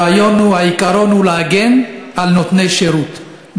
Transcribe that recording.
הרעיון הוא, העיקרון הוא להגן על נותני שירות.